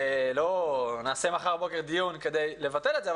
ולא נקיים דיון כדי לבטל את זה,